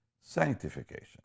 sanctification